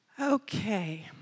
Okay